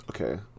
Okay